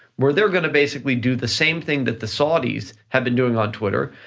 where they're gonna basically do the same thing that the saudis have been doing on twitter,